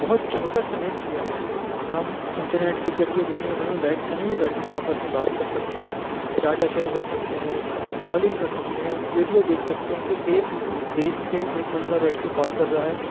بہت چھوٹا سمیٹ دیا ہے ہم انٹرنیٹ کے ذریعے دنیا بھر میں بیٹھ کہیں بھی بیٹھے ہوں آپس میں بات کر سکتے ہیں ڈاٹا شیئر کر سکتے ہیں کالنگ کر سکتے ہیں ویڈیو دیکھ سکتے ہیں کہ ایک دیش سے ایک بندہ بیٹھ کے کال کر رہا ہے